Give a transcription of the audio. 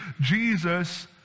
Jesus